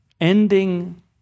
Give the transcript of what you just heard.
ending